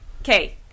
okay